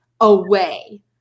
away